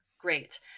Great